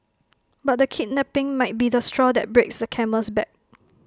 but the kidnapping might be the straw that breaks the camel's back